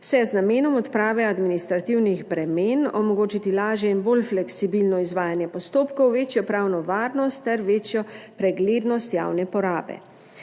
vse z namenom odprave administrativnih bremen, omogočiti lažje in bolj fleksibilno izvajanje postopkov, večjo pravno varnost ter večjo preglednost javne porabe.